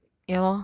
no lah kidding